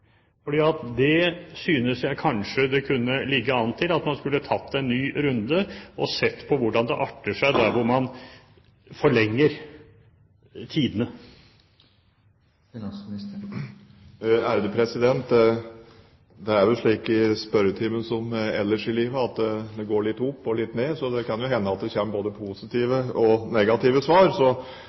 synes kanskje det kunne ligge an til at man tok en ny runde og så på hvordan det arter seg der hvor man forlenger tidene. Det er vel slik i spørretimen som ellers i livet at det går litt opp og litt ned, så det kan jo hende at det kommer både positive og negative svar.